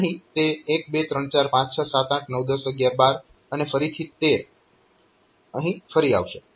અહીં તે 1 2 3 4 5 6 7 8 9 10 11 12 અને ફરીથી 13 અહીં ફરી આવશે